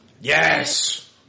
Yes